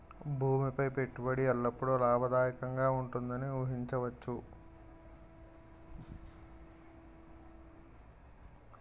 భూమి పై పెట్టుబడి ఎల్లప్పుడూ లాభదాయకంగానే ఉంటుందని ఊహించవచ్చు